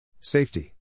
Safety